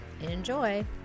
enjoy